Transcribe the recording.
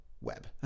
web